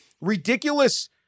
ridiculous –